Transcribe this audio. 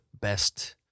best